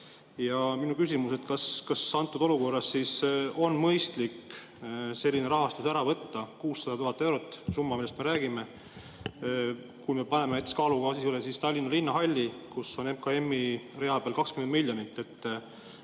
Minu küsimus: kas antud olukorras on mõistlik selline rahastus ära võtta? 600 000 eurot on summa, millest me räägime. Kui me paneme näiteks kaalukausile Tallinna Linnahalli, kus on MKM‑i rea peal 20 miljonit,